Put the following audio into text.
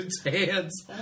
hands